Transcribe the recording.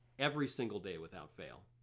every single day without fail.